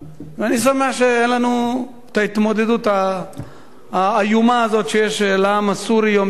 ואני שמח שאין לנו ההתמודדות האיומה הזאת שיש לעם הסורי יום-יום.